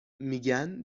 میگن